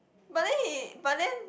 but then he but then